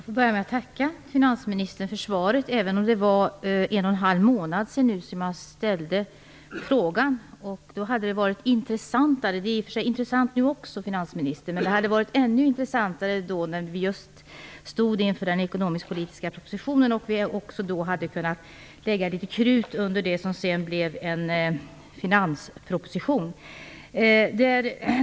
Herr talman! Jag får börja med att tacka finansministern för svaret. Det är en och en halv månad sedan jag ställde min fråga. Det hade varit intressantare - det är i och för sig intressant nu också - att diskutera frågan inför den ekonomisk-politiska propositionen. Då hade vi kunnat lägga litet krut under det som sedan blev en finansplan.